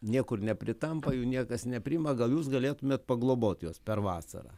niekur nepritampa jų niekas nepriima gal jūs galėtumėt paglobot juos per vasarą